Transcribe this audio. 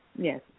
yes